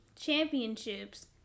Championships